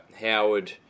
Howard